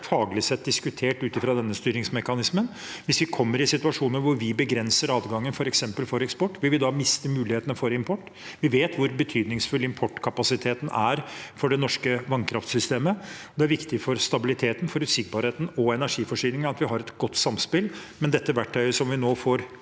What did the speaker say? faglig sett ut fra denne styringsmekanismen. Hvis vi kommer i situasjoner hvor vi begrenser adgangen, f.eks. til eksport, vil vi da miste mulighetene for import? Vi vet hvor betydningsfull importkapasiteten er for det norske vannkraftsystemet. Det er viktig for stabiliteten, forutsigbarheten og energiforsyningen at vi har et godt samspill, men dette verktøyet som vi nå får